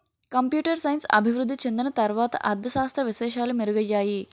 computer science అభివృద్ధి చెందిన తర్వాత అర్ధ శాస్త్ర విశేషాలు మెరుగయ్యాయి